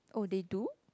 oh they do